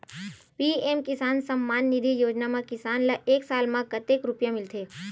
PM Kisan Samman Nidhi Yojana म किसान ल एक साल म कतेक रुपिया मिलथे?